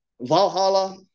Valhalla